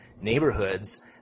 neighborhoods